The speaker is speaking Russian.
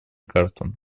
карту